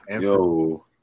Yo